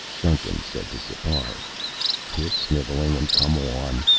duncan said to sipar quit sniveling and come on.